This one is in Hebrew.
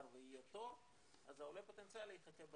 ויהיה תור אז העולה הפוטנציאלי יחכה בתור.